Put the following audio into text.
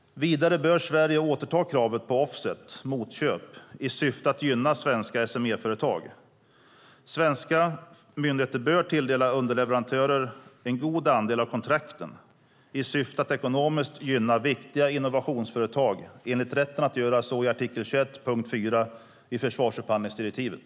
Vidare bör Sverige återta kravet på offset, det vill säga motköp, i syfte att gynna svenska SME-företag. Svenska myndigheter bör tilldela underleverantörer en god andel av kontrakten, i syfte att ekonomiskt gynna viktiga innovationsföretag enligt rätten att göra så i artikel 21 punkt 4 i försvarsupphandlingsdirektivet.